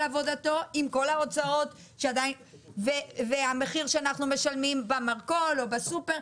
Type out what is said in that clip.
עבודתו אחרי כל ההוצאות לעומת המחיר שאנחנו משלמים במרכול או בסופר.